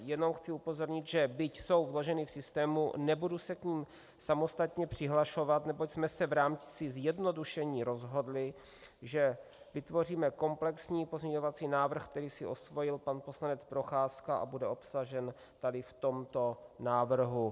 Jenom chci upozornit, že byť jsou vloženy v systému, nebudu se k nim samostatně přihlašovat, neboť jsme se v rámci zjednodušení rozhodli, že vytvoříme komplexní pozměňovací návrh, který si osvojil pan poslanec Procházka, a bude obsažen tady v tomto návrhu.